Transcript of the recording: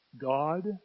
God